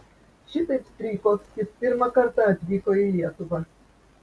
šitaip strijkovskis pirmą kartą atvyko į lietuvą